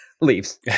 leaves